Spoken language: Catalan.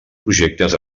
projectes